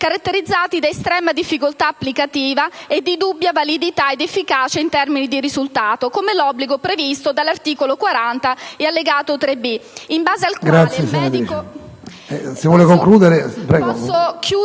caratterizzati da estrema difficoltà applicativa e di dubbia validità ed efficacia in termini di risultato, come l'obbligo previsto dall'articolo 40 e relativo allegato 3B del